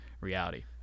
reality